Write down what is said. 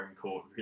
court